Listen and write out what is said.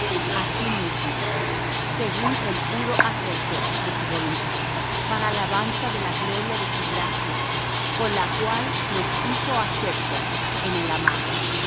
mismo según el puro afecto de su voluntad para alabanza de la gloria de su gracia con la cual nos hizo aceptos en el amado